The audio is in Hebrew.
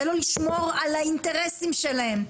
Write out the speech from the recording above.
זה לא לשמור על האינטרסים שלהם.